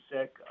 sick